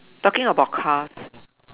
talking about car